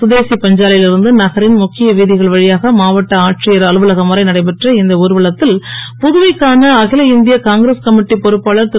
சுதேசிப் பஞ்சாலையில் இருந்து நகரின் முக்கிய வீதிகள் வழியாக மாவட்ட ஆட்சியர் அலுவலகம் வரை நடைபெற்ற இந்த ஊர்வலத்தில் புதுவைக்கான அகில இந்திய காங்கிரஸ் கமிட்டி பொறுப்பாளர் திரு